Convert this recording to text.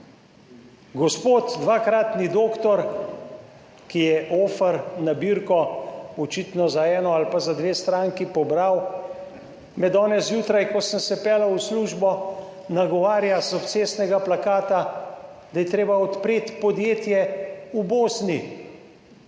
Gospod dvakratni doktor, ki je ofer nabirko očitno za eno ali pa za dve stranki pobral, me danes zjutraj, ko sem se peljal v službo, nagovarja iz obcestnega plakata, da je treba odpreti podjetje v Bosni,